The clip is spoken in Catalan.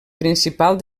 principal